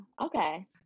Okay